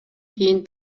кийин